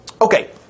Okay